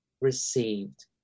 received